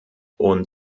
und